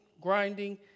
grinding